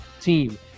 team